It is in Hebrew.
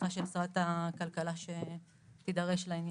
לפתחה של שרת הכלכלה שתידרש לעניין.